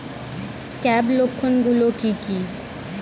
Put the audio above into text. Scab লক্ষণ গুলো কি কি?